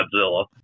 Godzilla